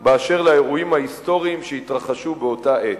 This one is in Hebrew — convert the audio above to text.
באשר לאירועים ההיסטוריים שהתרחשו באותה עת.